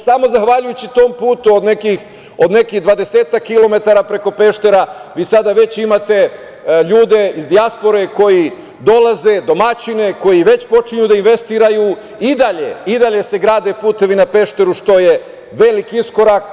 Samo zahvaljujući tom putu, od nekih dvadesetak kilometara preko Peštera, vi sada već imate ljude iz dijaspore koji dolaze, domaćine, koji počinju da investiraju, i dalje se grade putevi na Pešteru što je veliki iskorak.